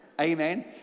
Amen